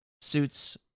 Suits